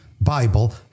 Bible